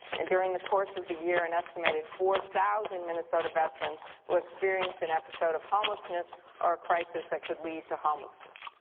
and during the course of the year, an and estimated four thousand minnesota veterans will experience an episode of homelessness or a crisis that could lead to homelessness.